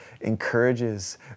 encourages